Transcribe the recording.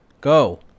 go